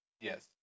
yes